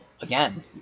Again